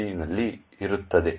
C ನಲ್ಲಿ ಇರುತ್ತದೆ